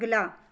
अगला